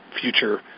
future